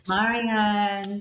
Marian